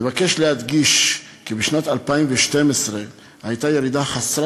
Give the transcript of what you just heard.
אבקש להדגיש כי בשנת 2012 הייתה ירידה חסרת